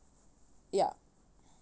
ya